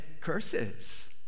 curses